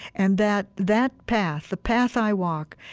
and that that path, the path i walk,